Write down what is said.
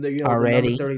already